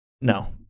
no